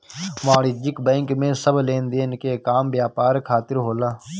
वाणिज्यिक बैंक में सब लेनदेन के काम व्यापार खातिर होला